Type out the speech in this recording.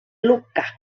lucca